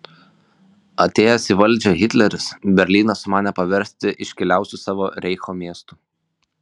atėjęs į valdžią hitleris berlyną sumanė paversti iškiliausiu savo reicho miestu